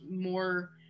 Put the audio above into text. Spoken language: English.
more